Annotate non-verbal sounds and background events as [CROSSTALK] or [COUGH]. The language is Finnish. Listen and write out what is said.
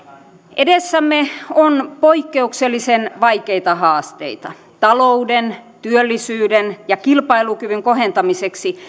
edessämme on poikkeuksellisen vaikeita haasteita talouden työllisyyden ja kilpailukyvyn kohentamiseksi [UNINTELLIGIBLE]